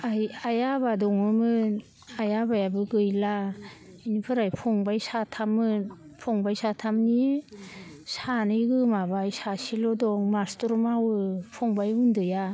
आइ आफा दङोमोन आइ आफायाबो गैला इनिफोराय फंबाइ साथाममोन फंबाइ साथामनि सानै गोमाबाय सासेल' दं मास्टर मावो फंबाइ उन्दैया